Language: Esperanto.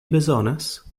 bezonas